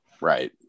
Right